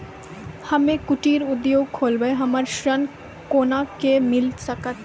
हम्मे कुटीर उद्योग खोलबै हमरा ऋण कोना के मिल सकत?